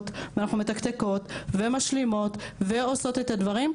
ואנחנו מתקתקות ומשלימות ועושות את הדברים,